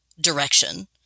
direction